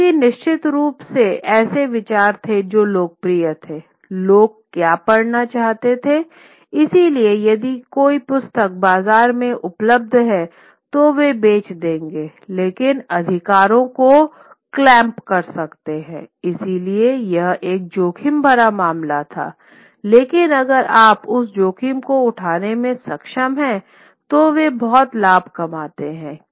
क्योंकि निश्चित रूप से ये ऐसे विचार थे जो लोकप्रिय थे लोग क्या पढ़ना चाहते थे इसलिए यदि कोई पुस्तक बाजार में उपलब्ध है तो वे बेच देंगे लेकिन अधिकारियों को क्लैंप कर सकते हैं इसलिए यह एक जोखिम भरा मामला था लेकिन अगर आप उस जोखिम को उठाने में सक्षम हैं तो वे बहुत लाभ कमाते हैं